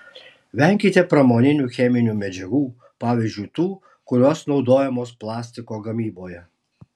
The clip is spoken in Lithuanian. venkite pramoninių cheminių medžiagų pavyzdžiui tų kurios naudojamos plastiko gamyboje